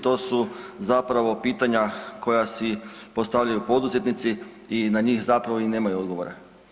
To su zapravo pitanja koja si postavljaju poduzetnici i na njih zapravo i nemaju odgovora.